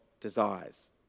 desires